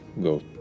go